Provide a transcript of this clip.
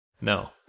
No